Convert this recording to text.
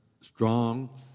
strong